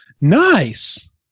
Nice